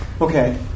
Okay